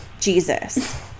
Jesus